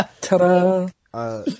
Ta-da